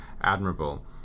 admirable